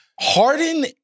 Harden